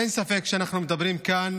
אין ספק שאנחנו מדברים כאן